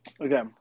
okay